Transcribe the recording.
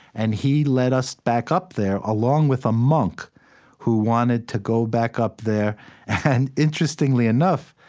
and he led us back up there, along with a monk who wanted to go back up there and, interestingly enough,